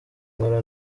nkora